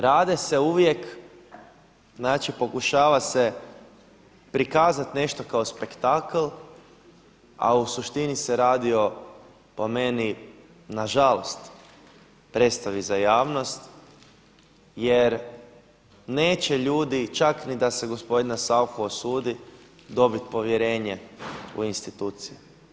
Rade se uvijek, znači pokušava se prikazati nešto kao spektakl a u suštini se radi po meni, nažalost predstavi za javnost jer neće ljudi čak ni da se gospodina Sauchu osudi dobiti povjerenje u institucije.